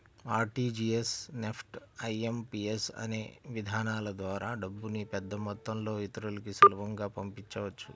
RTGS, NEFT, IMPS అనే విధానాల ద్వారా డబ్బుని పెద్దమొత్తంలో ఇతరులకి సులభంగా పంపించవచ్చు